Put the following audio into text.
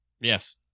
Yes